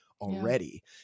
Already